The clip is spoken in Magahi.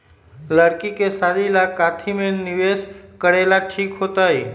लड़की के शादी ला काथी में निवेस करेला ठीक होतई?